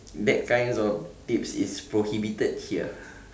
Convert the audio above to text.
that kinds of tips is prohibited here